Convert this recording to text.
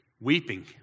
weeping